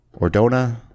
Ordona